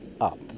up